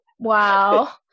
Wow